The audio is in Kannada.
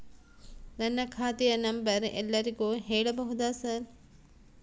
ನನ್ನ ಖಾತೆಯ ನಂಬರ್ ಎಲ್ಲರಿಗೂ ಹೇಳಬಹುದಾ ಸರ್?